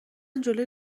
جلو